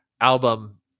album